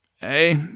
hey